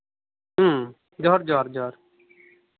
ᱡᱚᱦᱟᱨ ᱡᱚᱦᱟᱨ